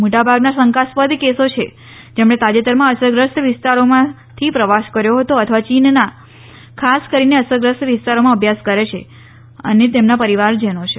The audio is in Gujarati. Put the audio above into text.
મોટાભાગના શંકાસ્પદ કેસો છે જેમણે તાજેતરમાં અસરગ્રસ્ત વિસ્તારોમાંથી પ્રવાસ કર્યો હતો અથવા ચીનમાં ખાસ કરીને અસરગ્રસ્ત વિસ્તારોમાં અભ્યાસ કરે છે અને તેમના પરીવાર જેનો છે